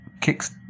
kicks